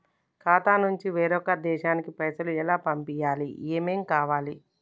ఖాతా నుంచి వేరొక దేశానికి పైసలు ఎలా పంపియ్యాలి? ఏమేం కావాలి?